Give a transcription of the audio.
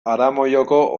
aramaioko